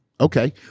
okay